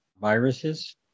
viruses